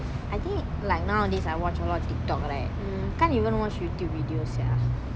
I think like nowadays I watch a lot of tiktoks right can't even watch youtube videos sia